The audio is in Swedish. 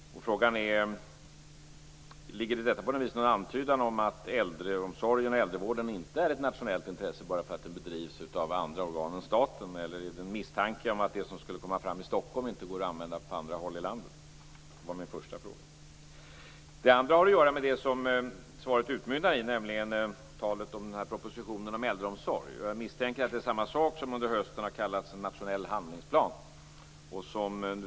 Frågan är: Ligger det i detta någon antydan om att äldreomsorgen och äldrevården inte är ett nationellt intresse bara därför att den bedrivs av andra organ än staten, eller är det en misstanke om att det som kommer fram i Stockholm inte går att använda på andra håll i landet? Det var min första fråga. Min andra fråga har att göra med det som svaret utmynnar i, nämligen talet om propositionen om äldreomsorg. Jag misstänker att det är detsamma som det som under hösten har kallats en nationell handlingsplan.